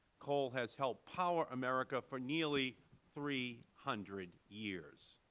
coal has helped power america for nearly three hundred years.